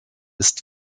ist